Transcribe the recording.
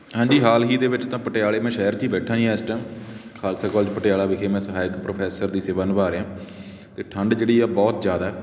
ਹਾਂਜੀ ਹਾਲ ਹੀ ਦੇ ਵਿੱਚ ਤਾਂ ਪਟਿਆਲੇ ਮੈਂ ਸ਼ਹਿਰ 'ਚ ਹੀ ਬੈਠਾ ਹੀ ਹਾਂ ਇਸ ਟਾਇਮ ਖਾਲਸਾ ਕੋਲਜ ਪਟਿਆਲਾ ਵਿਖੇ ਮੈਂ ਸਹਾਇਕ ਪ੍ਰੋਫੈਸਰ ਦੀ ਸੇਵਾ ਨਿਭਾਅ ਰਿਹਾ ਅਤੇ ਠੰਢ ਜਿਹੜੀ ਆ ਬਹੁਤ ਜ਼ਿਆਦਾ